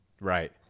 Right